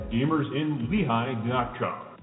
GamersInLehigh.com